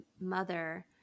mother